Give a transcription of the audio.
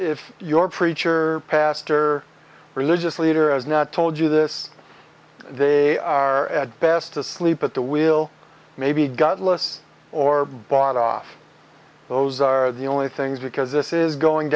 if your preacher pastor religious leader has not told you this they are at best asleep at the wheel maybe godless or bought off those are the only things because this is going